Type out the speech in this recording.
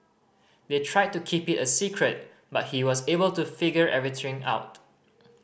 they tried to keep it a secret but he was able to figure everything out